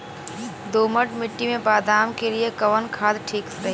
दोमट मिट्टी मे बादाम के लिए कवन खाद ठीक रही?